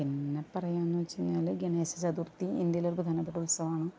പിന്നെ പറയുക എന്ന് വെച്ച് കഴിഞ്ഞാല് ഗണേശ ചതുര്ഥി ഇന്ഡ്യയിലെ ഒര് പ്രധാനപ്പെട്ട ഉത്സവമാണ്